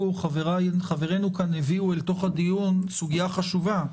חברינו כאן הביאו אל תוך הדיון סוגיה חשובה,